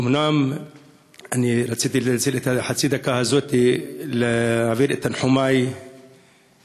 אומנם אני רציתי לנצל את חצי הדקה הזאת להעביר את תנחומי לממשלת